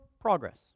Progress